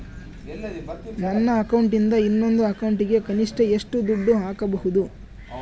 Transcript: ನನ್ನ ಅಕೌಂಟಿಂದ ಇನ್ನೊಂದು ಅಕೌಂಟಿಗೆ ಕನಿಷ್ಟ ಎಷ್ಟು ದುಡ್ಡು ಹಾಕಬಹುದು?